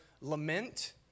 lament